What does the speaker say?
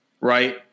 Right